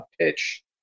pitch